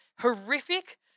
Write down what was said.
horrific